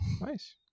Nice